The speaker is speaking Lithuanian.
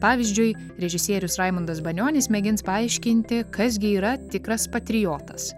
pavyzdžiui režisierius raimundas banionis mėgins paaiškinti kas gi yra tikras patriotas